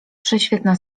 prześwietna